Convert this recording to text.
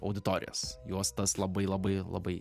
auditorijos juos tas labai labai labai